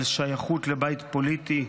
על שייכות לבית פוליטי,